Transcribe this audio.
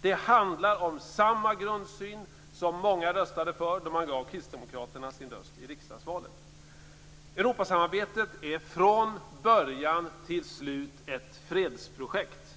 Det handlar om samma grundsyn som många röstade för då de gav kristdemokraterna sin röst i riksdagsvalet. Europasamarbetet är från början till slut ett fredsprojekt.